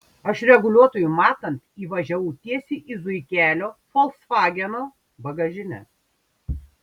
aš reguliuotojui matant įvažiavau tiesiai į zuikelio folksvageno bagažinę